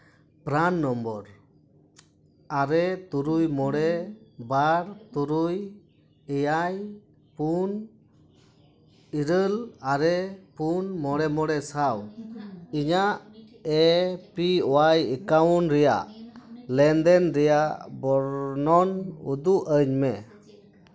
ᱯᱨᱟᱱ number ᱟᱨᱮ ᱛᱩᱨᱩᱭ ᱢᱚᱬᱮ ᱵᱟᱨ ᱛᱩᱨᱩᱭ ᱮᱭᱟᱭ ᱯᱩᱱ ᱤᱨᱟᱹᱞ ᱢᱚᱬᱮ ᱯᱩᱱ ᱢᱚᱬᱮ ᱢᱚᱬᱮ ᱥᱟᱶ ᱤᱧᱟᱹᱜ ᱮ ᱯᱤ ᱳᱣᱟᱭ ᱮᱠᱟᱣᱩᱱᱴ ᱨᱮᱭᱟᱜ ᱞᱮᱱᱫᱮᱱ ᱨᱮᱭᱟᱜ ᱵᱚᱨᱱᱚᱱ ᱩᱫᱩᱜ ᱟᱹᱧᱢᱮ